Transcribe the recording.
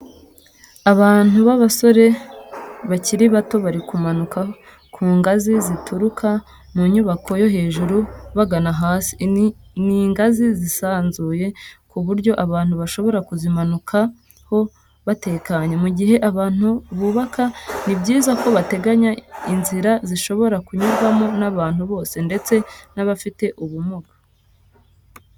Abantu b'abasore bakiri bato bari kumanuka ku ngazi zituruka mu nyubako yo hejuru bagana hasi, ni ingazi zisanzuye ku buryo abantu bashobora kuzimanukaho batekanye. Mu gihe abantu bubaka ni byiza ko bateganya inzira zishobora kunyurwaho n'abantu bose ndetse n'abafite ubumuga.